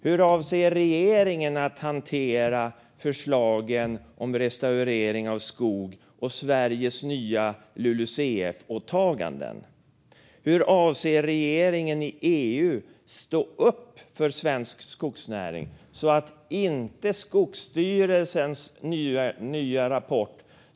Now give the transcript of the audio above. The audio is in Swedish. Hur avser regeringen att hantera förslagen om restaurering av skog och Sveriges LULUCF-åtaganden? Hur avser regeringen att i EU stå upp för svensk skogsnäring, så att inte det inte går som i Skogsstyrelsens nya rapport?